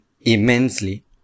immensely